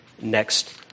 next